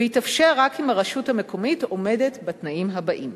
ויתאפשר רק אם הרשות המקומית עומדת בתנאים הבאים: